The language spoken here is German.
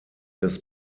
des